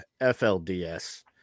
FLDS